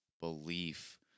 belief